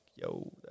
yo